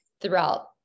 throughout